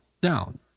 down